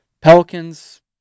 Pelicans